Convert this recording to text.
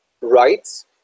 rights